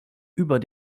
über